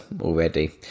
already